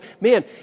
Man